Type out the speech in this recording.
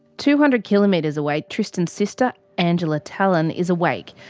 two hundred kilometers away tristan's sister, angela tallon is awake,